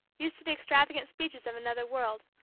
used to the extravagant speeches of another world,